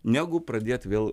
negu pradėt vėl